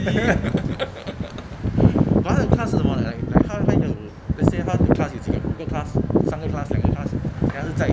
but 他的 class 是什么 like 他他有 let's say half the class 有几个五个 class 两个 class then 他是在